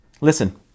Listen